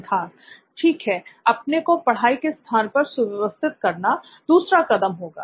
सिद्धार्थ ठीक है अपने को पढ़ाई के स्थान पर सुव्यवस्थित करना दूसरा कदम होगा